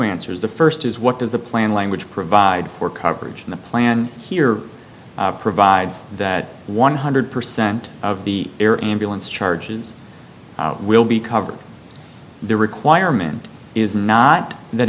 answers the first is what does the plan language provide for coverage and the plan here provides that one hundred percent of the air ambulance charges will be covered the requirement is not that